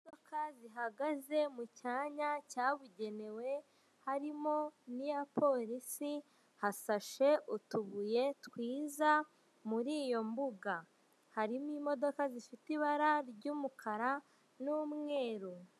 Imodoka zihagaze mu cyanya cyabugenewe harimo n'iya polisi hasashe utubuye twiza muri iyo mbuga. Harimo imodoka zifite ibara ry'umukara n'umweru.